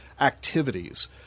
activities